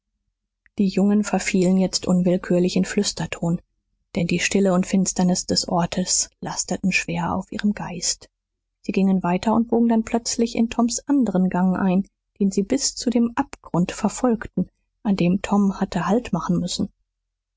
die jungen verfielen jetzt unwillkürlich in flüsterton denn die stille und finsternis des ortes lasteten schwer auf ihrem geist sie gingen weiter und bogen dann plötzlich in toms anderen gang ein den sie bis zu dem abgrund verfolgten an dem tom hatte halt machen müssen